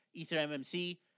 EtherMMC